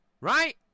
right